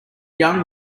young